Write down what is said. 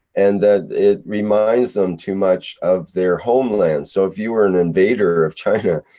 and that it reminds them too much of their homelands. so, if you are an invader of china,